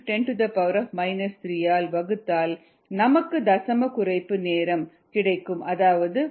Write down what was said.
3710 3 ஆல் வகுத்தால் நமக்கு தசம குறைப்பு நேரம் 428